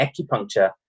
acupuncture